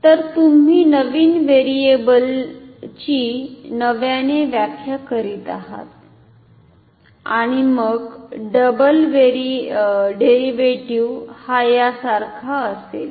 तर तुम्ही नवीन व्हेरिएबलची नव्याने व्याख्या करीत आहात आणि मग डबल डेरिव्हेटिव्ह हा यासारखा असेल